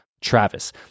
Travis